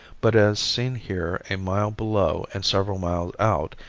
but as seen here a mile below and several miles out,